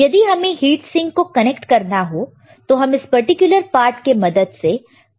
यदि हमें heat sink को कनेक्ट करना है तो हम इस पर्टिकुलर पार्ट के मदद से कनेक्ट कर सकते हैं